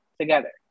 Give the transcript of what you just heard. together